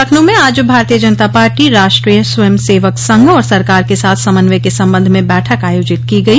लखनऊ में आज भारतीय जनता पार्टी राष्ट्रीय स्वयं सेवक संघ और सरकार के साथ समन्वय के संबंध में बैठक आयोजित की गई